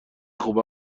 خوب